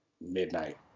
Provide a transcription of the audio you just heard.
midnight